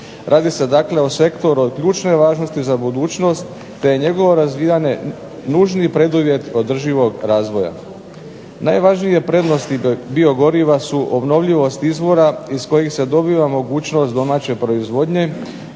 Radi se dakle o sektoru od ključne važnosti za budućnost te njegovo razvijanje nužni preduvjet održivog razvoja. Najvažnije prednosti biogoriva su obnovljivost izvora od kojih se dobiva mogućnost domaće proizvodnje,